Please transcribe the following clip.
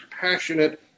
passionate